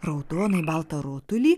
raudonai baltą rutulį